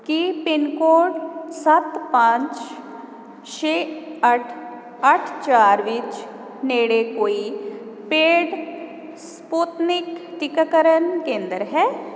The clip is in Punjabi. ਕੀ ਪਿੰਨ ਕੋਡ ਸੱਤ ਪੰਜ ਛੇ ਅੱਠ ਅੱਠ ਚਾਰ ਵਿੱਚ ਨੇੜੇ ਕੋਈ ਪੇਡ ਸਪੁਟਨਿਕ ਟੀਕਾਕਰਨ ਕੇਂਦਰ ਹੈ